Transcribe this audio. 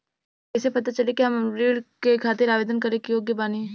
हमरा कइसे पता चली कि हम ऋण के खातिर आवेदन करे के योग्य बानी?